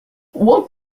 what